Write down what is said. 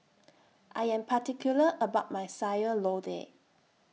I Am particular about My Sayur Lodeh